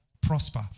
Prosper